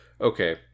okay